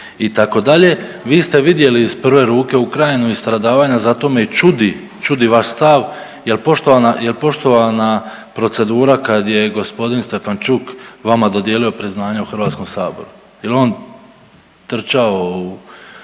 itd. Vi ste vidjeli iz prve ruke Ukrajinu i stradavanja zato me i čudi, čudi vaš stav jel poštovana, jel poštovana procedura kad je gospodin Stefanchuk vama dodijelio priznanje u Hrvatskom saboru, jel on trčao u